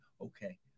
Okay